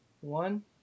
one